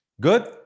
Good